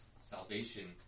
salvation